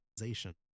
organization